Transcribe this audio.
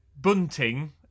bunting